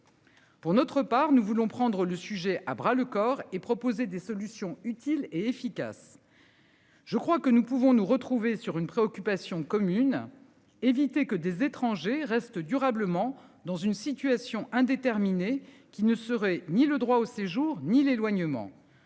Pour notre part, nous voulons prendre le sujet à bras le corps et proposer des solutions, utile et efficace. Je crois que nous pouvons nous retrouver sur une préoccupation commune. Éviter que des étrangers restent durablement dans une situation indéterminée qui ne serait ni le droit au séjour ni l'éloignement